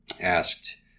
asked